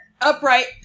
upright